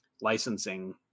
licensing